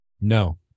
No